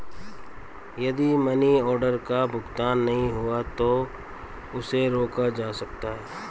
यदि money order का भुगतान नहीं हुआ है तो उसे रोका जा सकता है